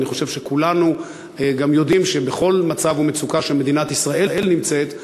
ואני חושב שכולנו יודעים שבכל מצב ומצוקה שמדינת ישראל נמצאת ה-ADL,